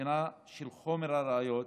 בחינה של חומר הראיות,